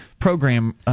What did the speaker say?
program